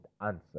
answer